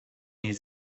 his